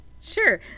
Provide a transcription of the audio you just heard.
Sure